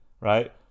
right